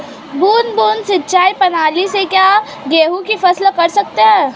बूंद बूंद सिंचाई प्रणाली से क्या गेहूँ की फसल कर सकते हैं?